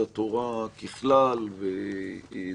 אגב,